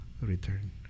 return